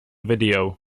video